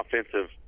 offensive